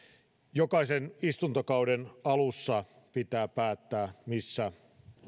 jokaisen istuntokauden alussa pitää päättää missä